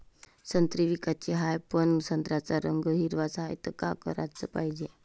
संत्रे विकाचे हाये, पन संत्र्याचा रंग हिरवाच हाये, त का कराच पायजे?